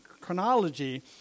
chronology